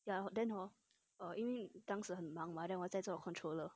ya then hor err 因为当时很忙 mah then 我在做 controller